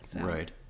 Right